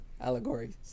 allegories